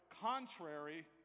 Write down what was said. contrary